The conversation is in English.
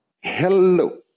hello